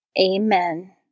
Amen